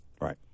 Right